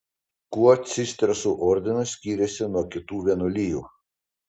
kuo cistersų ordinas skiriasi nuo kitų vienuolijų